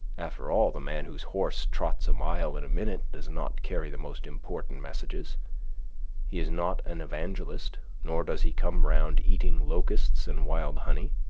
after all, the man whose horse trots a mile in a minute does not carry the most important messages he is not an evangelist, nor does he come round eating locusts and wild honey.